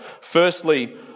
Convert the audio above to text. Firstly